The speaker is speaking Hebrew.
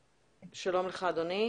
מדביר, שלום לך, אדוני.